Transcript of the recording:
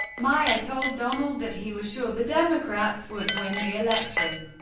meier told donald that he was sure the democrats would win the election,